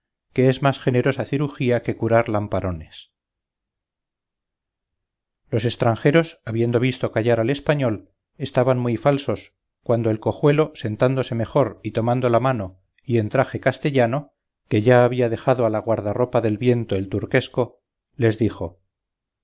que es más generosa cirujía que curar lamparones los estranjeros habiendo visto callar al español estaban muy falsos cuando el cojuelo sentándose mejor y tomando la mano y en traje castellano que ya había dejado a la guardarropa del viento el turquesco les dijo